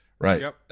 Right